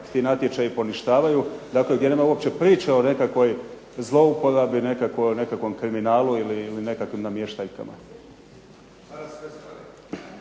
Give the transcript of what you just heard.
ti natječaji poništavaju, dakle gdje nema uopće priče o zlouporabi nekakvom kriminalu ili nekakvim namještaljkama.